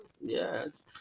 yes